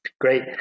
Great